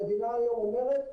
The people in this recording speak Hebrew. המדינה היום אומרת,